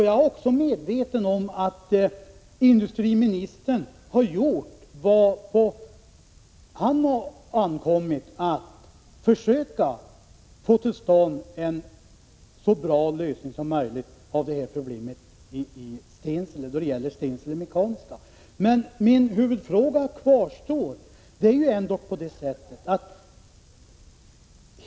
Jag är också medveten om att industriministern har gjort vad som har ankommit på honom när det gäller att få till stånd en så bra lösning som möjligt av problemen beträffande Stensele Mekaniska.